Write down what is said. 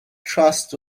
trust